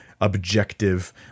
objective